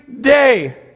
day